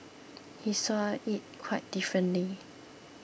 he saw it quite differently